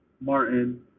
Martin